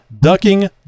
Ducking